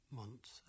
months